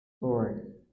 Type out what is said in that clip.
Lord